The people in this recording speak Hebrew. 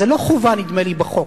זו לא חובה, נדמה לי, בחוק.